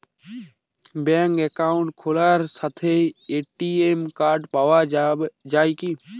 ব্যাঙ্কে অ্যাকাউন্ট খোলার সাথেই এ.টি.এম কার্ড পাওয়া যায় কি?